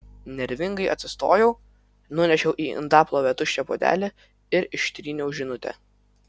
nervingai atsistojau nunešiau į indaplovę tuščią puodelį ir ištryniau žinutę